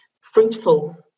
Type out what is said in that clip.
fruitful